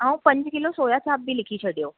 ऐं पंज kilo soya chaap बि लिखी छॾियो